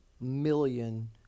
million